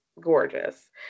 Gorgeous